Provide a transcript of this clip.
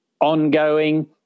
ongoing